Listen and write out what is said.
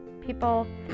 people